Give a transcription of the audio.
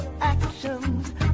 actions